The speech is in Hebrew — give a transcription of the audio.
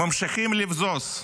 ממשיכים לבזוז.